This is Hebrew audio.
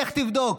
לך תבדוק.